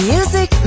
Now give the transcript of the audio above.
Music